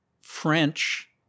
French